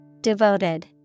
devoted